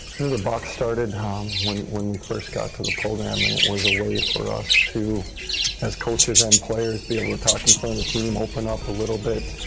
the box started um when when we first got to the program and it was a way for us to as coaches and players be able to talk in front of the team, open up a little bit.